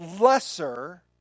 lesser